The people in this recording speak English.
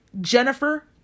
Jennifer